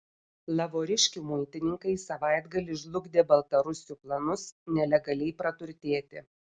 lavoriškių muitininkai savaitgalį žlugdė baltarusių planus nelegaliai praturtėti